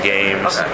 Games